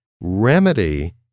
remedy